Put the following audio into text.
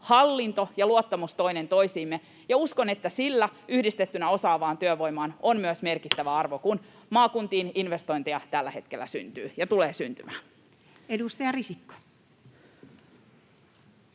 hallinto ja luottamus toinen toisiimme, ja uskon, että sillä yhdistettynä osaavaan työvoimaan on myös merkittävä arvo, kun maakuntiin tällä hetkellä investointeja syntyy ja tulee syntymään. [Speech 159]